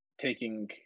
taking